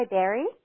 Barry